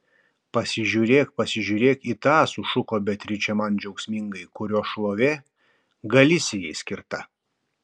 pasižiūrėk pasižiūrėk į tą sušuko beatričė man džiaugsmingai kurio šlovė galisijai skirta